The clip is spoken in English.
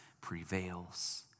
prevails